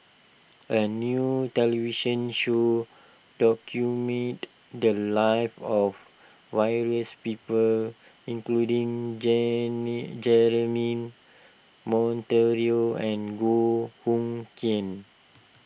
a new television show documented the lives of various people including Jemmy Jeremy Monteiro and Goh Hood Keng